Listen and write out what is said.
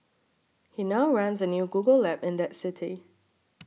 he now runs a new Google lab in that city